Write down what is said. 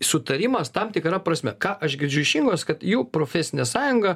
sutarimas tam tikra prasme ką aš girdžiu iš ingos kad jų profesinė sąjunga